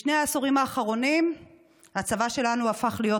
בשני העשורים האחרונים הצבא שלנו הפך להיות